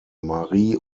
marie